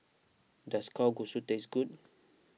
does Kalguksu taste good